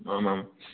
आम् आम्